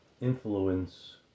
influence